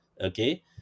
okay